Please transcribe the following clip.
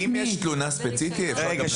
אם יש תלונה ספציפית אפשר להעביר אלינו.